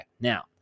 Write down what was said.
Now